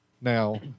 Now